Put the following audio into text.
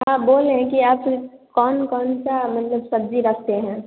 हाँ बोल रहे हैं कि आप कौन कौन सा मतलब सब्जी रखते हैं